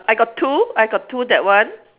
I got two I got two that one